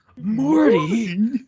Morty